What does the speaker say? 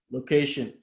Location